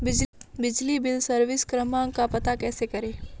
बिजली bill service क्रमांक का पता कैसे करें?